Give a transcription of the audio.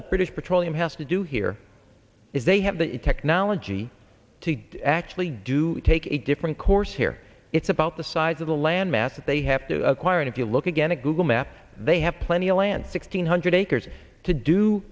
produce petroleum has to do here is they have the technology to actually do take a different course here it's about the size of the landmass that they have to acquire and if you look again at google map they have plenty of land six hundred acres to do